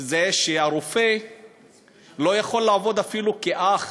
זה שרופא לא יכול לעבוד אפילו כאח,